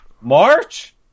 March